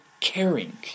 caring